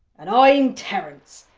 and i'm terrance.